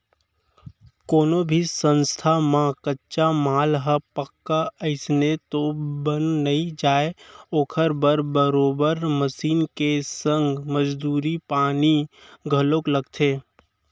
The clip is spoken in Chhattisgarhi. कोनो भी संस्था म कच्चा माल ह पक्का अइसने तो बन नइ जाय ओखर बर बरोबर मसीन के संग मजदूरी पानी घलोक लगथे